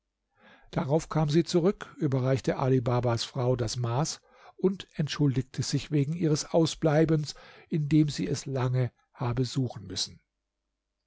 darauf kam sie zurück überreichte ali babas frau das maß und entschuldigte sich wegen ihres ausbleibens indem sie es lang habe suchen müssen